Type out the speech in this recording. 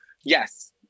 Yes